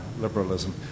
liberalism